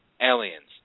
aliens